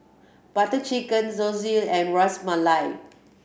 Butter Chicken Zosui and Ras Malai